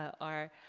our